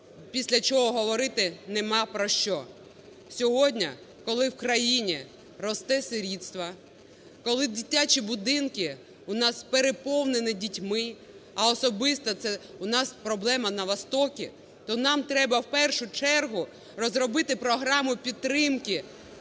після чого говорити нема про що. Сьогодні, коли в країні росте сирітство, коли дитячі будинки у нас переповнені дітьми, а особисто це у нас проблема на сході, то нам треба, в першу чергу, розробити програму підтримки